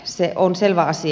se on selvä asia